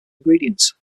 ingredients